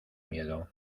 miedo